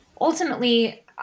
ultimately